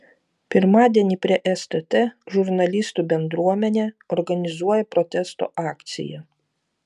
pirmadienį prie stt žurnalistų bendruomenė organizuoja protesto akciją